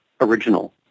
original